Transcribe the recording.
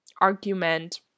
argument